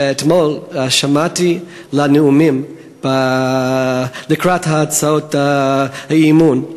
שאתמול שמעתי את הנאומים בהצעות האי-אמון.